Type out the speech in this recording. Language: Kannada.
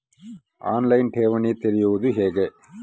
ಆನ್ ಲೈನ್ ಠೇವಣಿ ತೆರೆಯುವುದು ಹೇಗೆ?